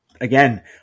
again